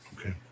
Okay